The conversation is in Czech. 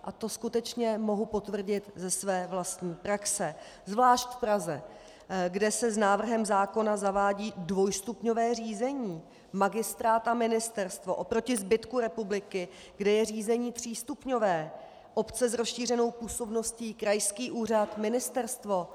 A to skutečně mohu potvrdit ze své vlastní praxe, zvláště v Praze, kde se s návrhem zákona zavádí dvojstupňové řízení magistrát a ministerstvo oproti zbytku republiky, kde je řízení třístupňové: obce s rozšířenou působností, krajský úřad, ministerstvo.